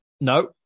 No